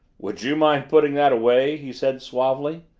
would you mind putting that away? he said suavely.